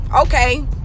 okay